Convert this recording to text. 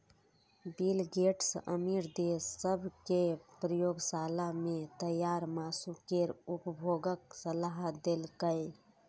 bill Gates अमीर देश सभ कें प्रयोगशाला मे तैयार मासु केर उपभोगक सलाह देलकैए